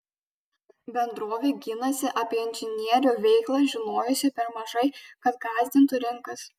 bendrovė ginasi apie inžinierių veiklą žinojusi per mažai kad gąsdintų rinkas